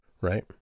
right